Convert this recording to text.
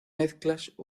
mezclas